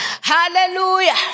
Hallelujah